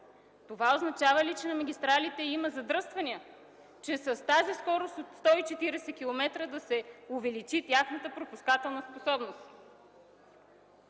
Това означава ли, че на магистралите има задръствания и със скоростта от 140 км в час ще се увеличи тяхната пропускателна способност?!